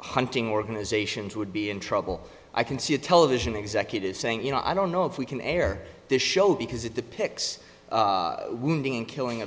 hunting organizations would be in trouble i can see a television executive saying you know i don't know if we can air this show because it depicts wounding and killing